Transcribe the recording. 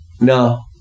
No